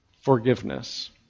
forgiveness